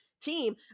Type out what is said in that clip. team